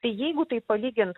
tai jeigu taip palygint